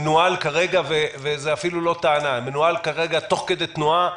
מנוהל כרגע וזה אפילו לא טענה תוך כדי תנועה,